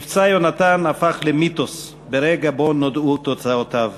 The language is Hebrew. "מבצע יונתן" הפך למיתוס ברגע שנודעו תוצאותיו.